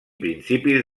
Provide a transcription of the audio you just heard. principis